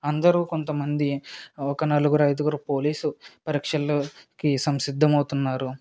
అందరు కొంతమంది ఒక నలుగురు ఐదుగురు పోలీస్ పరీక్షలలో సంసిద్ధం అవుతున్నారు